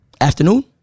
Afternoon